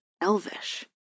Elvish